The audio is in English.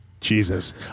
Jesus